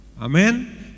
amen